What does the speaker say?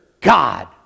God